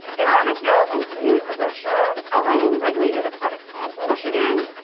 and our materials include a brochure outlining regulated aquatic plants in michigan,